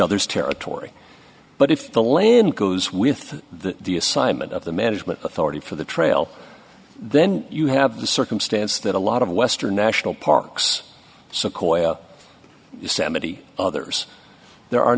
other's territory but if the land goes with the assignment of the management authority for the trail then you have the circumstance that a lot of western national parks sequoia samedi others there are